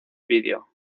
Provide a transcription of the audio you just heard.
video